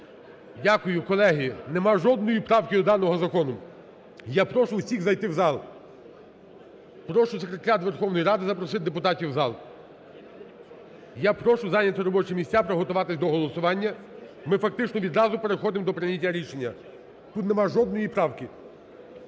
Дякую. Колеги, нема жодної правки до даного закону. Я прошу усіх зайти в зал, прошу секретаріат Верховної Ради запросити депутатів в зал. Я прошу зайняти робочі місця, приготуватись до голосування, ми фактично відразу переходимо до прийняття рішення, тут немає жодної правки.